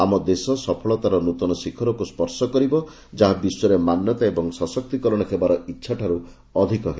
ଆମ ଦେଶ ମଧ୍ୟ ସଫଳତାର ନୃତନ ଶିଖରକୁ ସ୍ୱର୍ଶ କରିବ ଯାହା ବିଶ୍ୱରେ ମାନ୍ୟତା ଏବଂ ସଶକ୍ତିକରଣ ହେବାର ଇଚ୍ଛାଠାରୁ ମଧ୍ୟ ଅଧିକ ହେବ